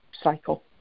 cycle